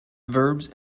verbs